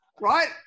Right